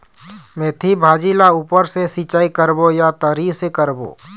मेंथी भाजी ला ऊपर से सिचाई करबो या तरी से करबो?